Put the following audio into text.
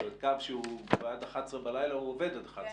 זאת אומרת קו שהוא עד 23:00 עובד עד 23:00?